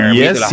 yes